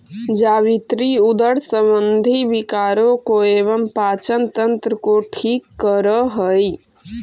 जावित्री उदर संबंधी विकारों को एवं पाचन तंत्र को ठीक करअ हई